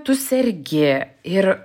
tu sergi ir